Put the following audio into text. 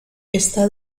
está